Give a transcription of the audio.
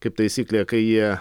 kaip taisyklė kai jie